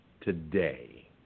today